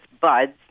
buds